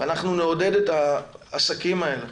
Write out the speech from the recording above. ואנחנו נעודד את העסקים האלה